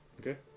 okay